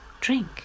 drink